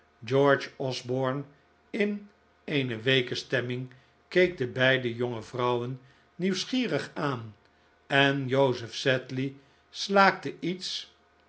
george osborne in een weeke stemming keek de beide jonge vrouwen nieuwsgierig aan en joseph sedley slaakte iets